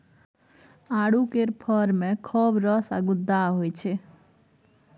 आड़ू केर फर मे खौब रस आ गुद्दा होइ छै